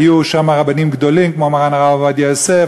היו שם רבנים גדולים כמו מרן הרב עובדיה יוסף,